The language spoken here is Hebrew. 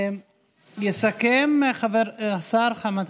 יסכם השר חמד